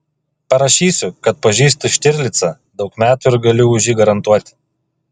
parašysiu kad pažįstu štirlicą daug metų ir galiu už jį garantuoti